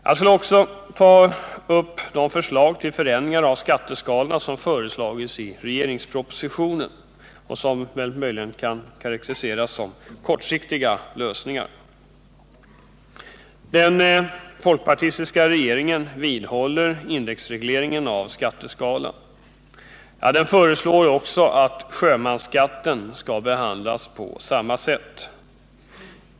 Jag skall också ta upp de förslag till förändring av skatteskalorna som föreslagits i regeringspropositionen och som möjligen kan karakteriseras som kortsiktiga lösningar. Den folkpartistiska regeringen vidhåller indexregleringen av skatteskalan. Ja, den föreslår också att sjömansskatten skall behandlas på samma sätt.